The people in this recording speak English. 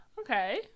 okay